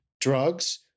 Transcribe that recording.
Drugs